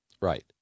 Right